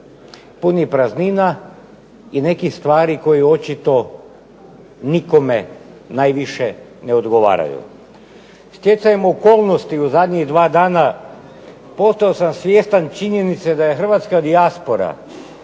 puni praznina i nekih stvari koje očito nikome najviše ne odgovaraju. Stjecajem okolnosti u zadnjih 2 dana postao sam svjestan činjenice da je hrvatska dijaspora